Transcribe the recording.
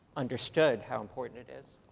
understood how important it is.